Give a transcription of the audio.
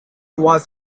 was